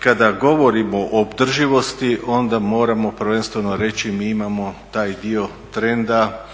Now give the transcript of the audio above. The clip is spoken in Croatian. kada govorimo o održivosti onda moramo prvenstveno reći mi imamo taj dio trenda